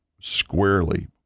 squarely